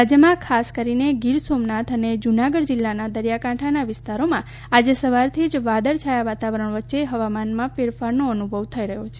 રાજયમાં ખાસ કરીને ગીર સોમનાથ અને જુનાગઢ જિલ્લાના દરિયા કાંઠાના વિસ્તારોમાં આજે સવારથી જ વાદળ છાયા વાતાવરણ વચ્ચે હવામાનમાં ફેરફારનો અનુભવ થઈ રહ્યો છે